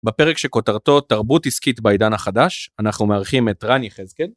בפרק שכותרתו תרבות עסקית בעידן החדש, אנחנו מארחים את רני חזקן.